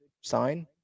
sign